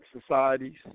societies